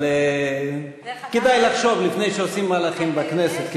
אבל כדאי לחשוב לפני שעושים מהלכים בכנסת.